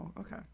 okay